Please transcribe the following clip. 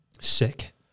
sick